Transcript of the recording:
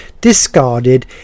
discarded